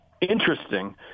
interesting